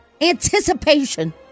Anticipation